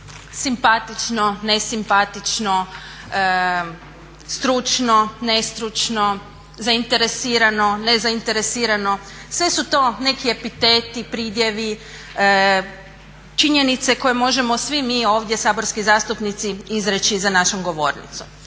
Simpatično, nesimpatično, stručno, nestručno, zainteresirano, nezainteresirano, sve su to neki epiteti, pridjevi, činjenice koje možemo svi mi ovdje saborski zastupnici izreći za našom govornicom.